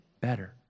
better